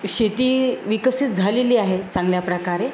शेती विकसित झालेली आहे चांगल्या प्रकारे